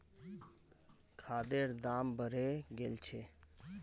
खादेर दाम बढ़े गेल छे